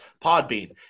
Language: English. Podbean